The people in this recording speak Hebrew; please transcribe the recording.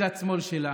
מצד שמאל שלה.